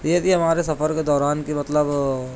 یہ تھی ہمارے سفر کے دوران کہ مطلب